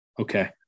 Okay